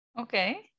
Okay